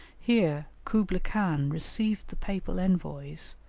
here kublai-khan received the papal envoys,